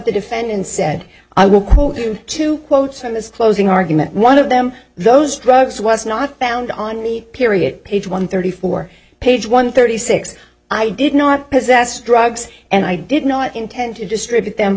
the defendant said i will quote you two quotes from this closing argument one of them those drugs was not found on the period page one thirty four page one thirty six i did not possess drugs and i did not intend to distribute them